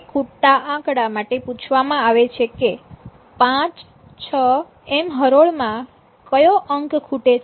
તે ખૂટતા આંકડા માટે પૂછવામાં આવે કે પાંચ છ એમ હરોળ માં કયો અંક ખૂટે છે